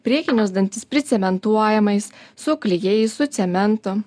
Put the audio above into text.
priekinius dantis pricementuojamais su klijais su cementu